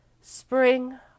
Spring